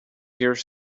here